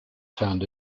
found